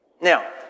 Now